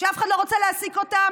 כשאף אחד לא רוצה להעסיק אותן,